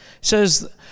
says